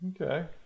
okay